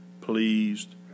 pleased